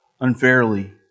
unfairly